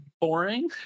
Boring